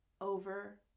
Over